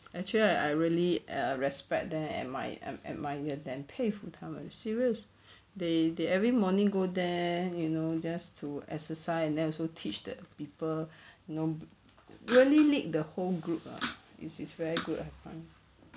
actually I I really err respect them admire ad~ admire them 佩服他们 serious they they every morning go there you know just to exercise and then also teach that people you know really lead the whole group lah it's it's very good ah !huh!